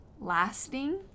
Lasting